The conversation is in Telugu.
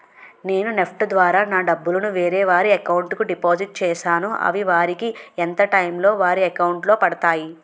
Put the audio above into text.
నేను నెఫ్ట్ ద్వారా నా డబ్బు ను వేరే వారి అకౌంట్ కు డిపాజిట్ చేశాను అవి వారికి ఎంత టైం లొ వారి అకౌంట్ లొ పడతాయి?